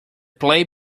play